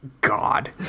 God